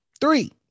Three